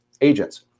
agents